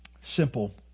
Simple